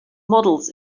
models